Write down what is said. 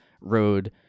road